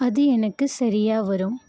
அது எனக்கு சரியாக வரும்